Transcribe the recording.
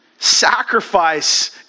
Sacrifice